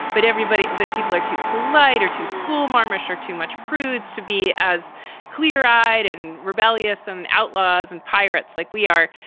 but everybody that people are too polite or too schoolmarmish or too much prudes to be as clear eyed and rebellious and outlaws and pirates like we are,